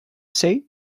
say